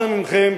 אנא מכם,